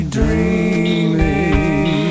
dreaming